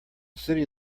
city